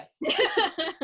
yes